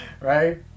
Right